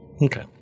Okay